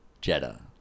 Jetta